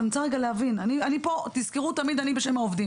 גם צריך להבין תזכרו תמיד: אני פה בשם העובדים